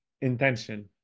intention